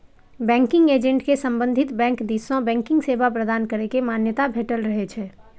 banking agent कें संबंधित bank दिस सं बैंकिंग सेवा प्रदान करै के मान्यता भेटल रहै छै